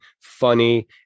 funny